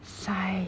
sigh